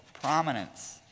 prominence